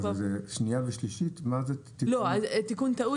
מה התהליך,